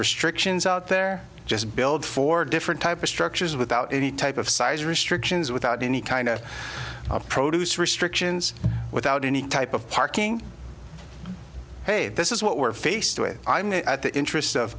restrictions out there just build for different type of structures without any type of size restrictions without any kind of produce restrictions without any type of parking hey this is what we're faced with i mean at the interest of